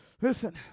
Listen